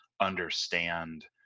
understand